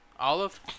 Olive